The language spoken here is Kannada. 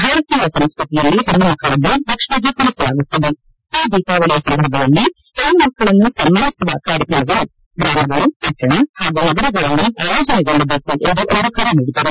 ಭಾರತೀಯ ಸಂಸ್ಕೃತಿಯಲ್ಲಿ ಹೆಣ್ಣು ಮಕ್ಕಳನ್ನು ಲಕ್ಷ್ಮಿಗೆ ಹೋಲಿಸಲಾಗುತ್ತದೆ ಈ ದೀಪಾವಳಿಯ ಸಂದರ್ಭದಲ್ಲಿ ಹೆಣ್ಣು ಮಕ್ಕಳನ್ನು ಸನ್ಮಾನಿಸುವ ಕಾರ್ಯಕ್ರಮಗಳು ಗ್ರಾಮಗಳು ಪಟ್ಟಣಗಳು ಹಾಗೂ ನಗರಗಳಲ್ಲಿ ಆಯೋಜನೆಗೊಳ್ಳಬೇಕು ಎಂದು ಅವರು ಕರೆ ನೀಡಿದರು